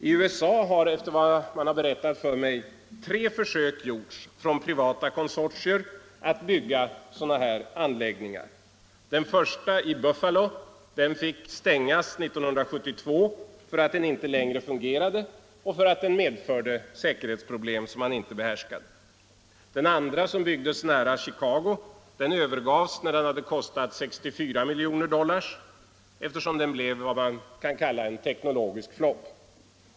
I USA har, efter vad man har berättat för mig, tre försök gjorts av privata konsortier att bygga sådana här anläggningar. Den första, i Buffalo, fick stängas 1972 därför att den inte längre fungerade och därför att den medförde säkerhetsproblem som man inte behärskade. Den andra, som byggdes nära Chicago, övergavs när den hade kostat 64 miljoner dollar, eftersom den blev vad man kan kalla en teknologisk flop.